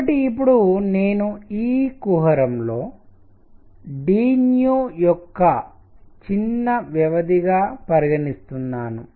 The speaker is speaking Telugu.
కాబట్టి ఇప్పుడు నేను ఈ కుహరంలో d యొక్క చిన్న వ్యవధి గా పరిగణిస్తున్నాను